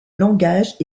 langage